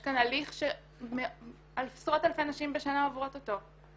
יש כאן הליך שעשרות אלפי נשים בשנה עוברות אותו.